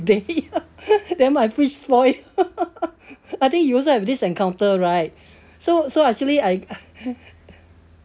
ya then my fridge spoilt I think you also have this encounter right so so actually I I